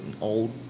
old